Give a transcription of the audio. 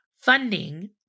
funding